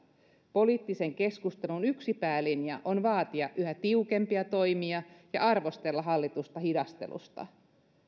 poliittisen keskustelun yksi päälinja on vaatia yhä tiukempia toimia ja arvostella hallitusta hidastelusta